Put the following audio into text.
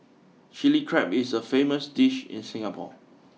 Chilli Crab is a famous dish in Singapore